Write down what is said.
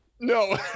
No